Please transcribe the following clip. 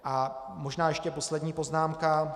A možná ještě poslední poznámka.